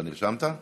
אתה נרשמת?